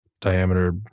diameter